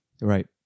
Right